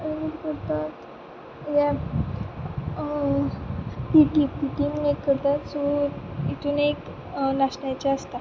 आनी कितें करतात हें पिटी पिटी म्हणून एक करतात सो इतून एक नाचण्यांचें आसता